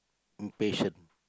impatient